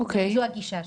זו הגישה שלנו.